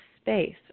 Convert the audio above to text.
space